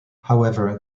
however